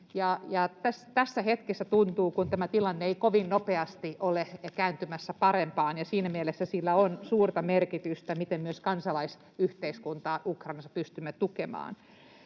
Tässä hetkessä tuntuu, että tämä tilanne ei kovin nopeasti ole kääntymässä parempaan, ja siinä mielessä on suurta merkitystä sillä, miten myös kansalaisyhteiskuntaa Ukrainassa pystymme tukemaan.